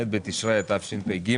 ח' בתשרי התשפ"ג,